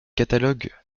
catalogues